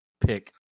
pick